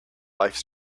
lifes